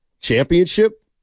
championship